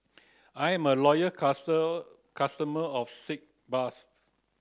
I am a loyal customer of Sitz bath